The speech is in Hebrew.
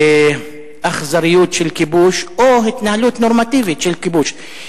ואכזריות של כיבוש או התנהלות נורמטיבית של כיבוש?